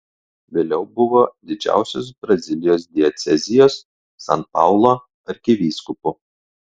vėliau buvo didžiausios brazilijos diecezijos san paulo arkivyskupu